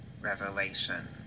Revelation